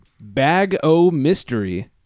Bag-o-mystery